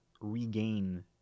regain